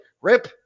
rip